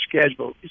schedule